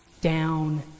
down